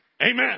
Amen